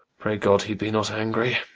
pray god he be not angry